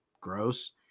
Gross